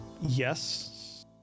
Yes